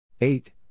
Eight